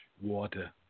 Water